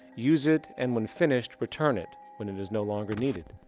use it and when finished, return it when it is no longer needed.